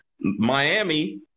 Miami